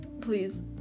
Please